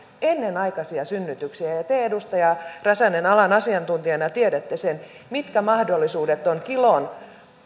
ennenaikaisia synnytyksiä ja ja te edustaja räsänen alan asiantuntijana tiedätte sen mitkä mahdollisuudet on kilon